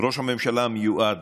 ראש הממשלה המיועד,